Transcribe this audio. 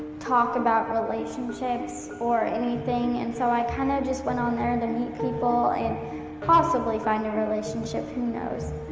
talk about relationships or anything. and so i kind of just went on there to and meet people and possibly find a relationship. who knows?